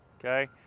Okay